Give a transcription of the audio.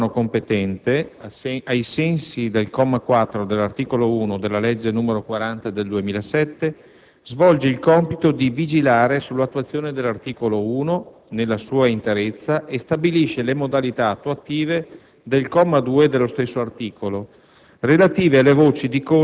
che, in qualità di organo competente ai sensi del comma 4 dell'articolo 1 della legge n. 40 del 2007, svolge il compito di vigilare sull'attuazione dell'articolo 1 nella sua interezza e stabilisce le modalità attuative del comma 2 dello stesso articolo,